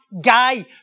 guy